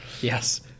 Yes